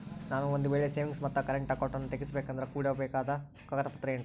ನಾನು ಒಂದು ವೇಳೆ ಸೇವಿಂಗ್ಸ್ ಮತ್ತ ಕರೆಂಟ್ ಅಕೌಂಟನ್ನ ತೆಗಿಸಬೇಕಂದರ ಕೊಡಬೇಕಾದ ಕಾಗದ ಪತ್ರ ಏನ್ರಿ?